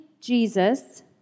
Jesus